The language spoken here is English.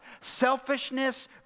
selfishness